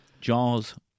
Jaws